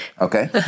Okay